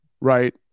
right